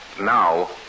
now